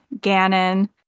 Gannon